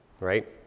right